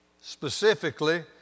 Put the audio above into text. Specifically